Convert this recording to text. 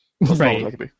right